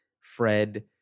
Fred